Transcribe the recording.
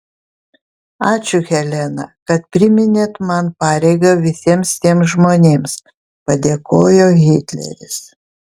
ačiū helena kad priminėt man pareigą visiems tiems žmonėms padėkojo hitleris